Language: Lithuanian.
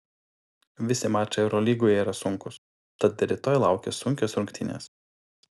visi mačai eurolygoje yra sunkūs tad ir rytoj laukia sunkios rungtynės